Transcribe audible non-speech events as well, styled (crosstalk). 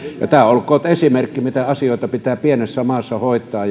tämä olkoon esimerkki siitä miten asioita pitää pienessä maassa hoitaa (unintelligible)